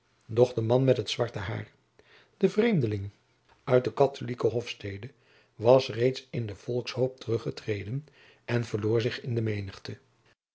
de man met het zwarte hair de vreemdeling uit de katholijke hofstede was reeds in den volkshoop teruggetreden en verloor zich in de menigte